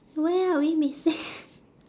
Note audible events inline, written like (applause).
where are we missing (laughs)